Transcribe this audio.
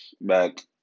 back